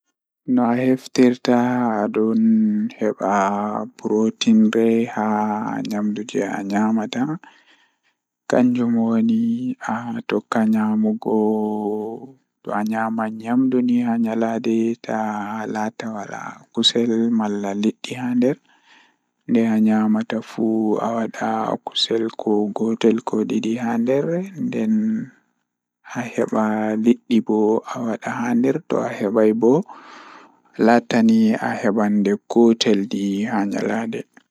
Ko ɗiɗo rewɓe miɗo waɗa faggude rewɓe njamaaji rewɓe, so njamaaji yasi keɓe njoɓdi. Ɓeɗɗo e hoore rewɓe, njamaaji goɗɗo ɗum ko rewɓe tawa njamaaji lewru feere, tofu, tempeh, ko lentils ko beans. Kadi ko eɓe nguurndam sabu njamaaji yasi nguurndam ngal sabu yasi rewɓe njiddaade fiyaangu hoore.